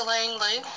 Langley